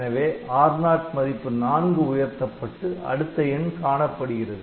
எனவே R0 மதிப்பு '4' உயர்த்தப்பட்டு அடுத்த எண் காணப்படுகிறது